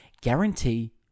guarantee